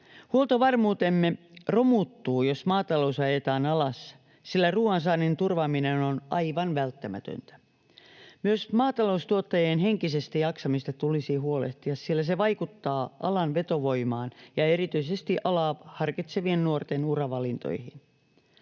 Huoltovarmuutemme romuttuu, jos maatalous ajetaan alas, sillä ruuansaannin turvaaminen on aivan välttämätöntä. Myös maataloustuottajien henkisestä jaksamisesta tulisi huolehtia, sillä se vaikuttaa alan vetovoimaan ja erityisesti alaa harkitsevien nuorten uravalintoihin.